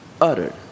uttered